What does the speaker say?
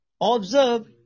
observe